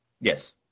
Yes